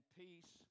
peace